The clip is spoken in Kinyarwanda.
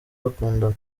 bakundana